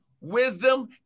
wisdom